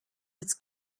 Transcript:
its